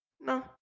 No